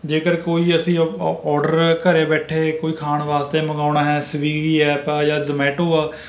ਜੇਕਰ ਕੋਈ ਅਸੀਂ ਔ ਔਡਰ ਘਰ ਬੈਠੇ ਕੋਈ ਖਾਣ ਵਾਸਤੇ ਮੰਗਾਉਣਾ ਹੈ ਸਵਿਗੀ ਐਪ ਹਾਂ ਜਾਂ ਜ਼ੋਮੈਟੋ ਹਾਂ